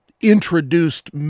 introduced